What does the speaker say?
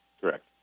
Correct